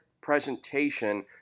presentation